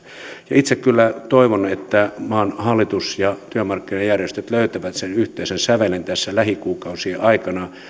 itse kyllä toivon että maan hallitus ja työmarkkinajärjestöt löytävät sen yhteisen sävelen tässä lähikuukausien aikana